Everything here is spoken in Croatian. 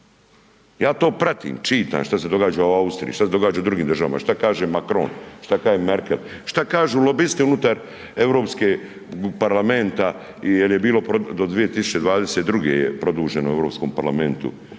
Ja to pratim, čitam šta se događa u Austriji, šta se događa u drugim državama, šta kaže Macron, šta kaže Merkel, šta kažu lobisti unutar Europskog parlamenta jel je bilo do 2022. je produženo u Europskom parlamentu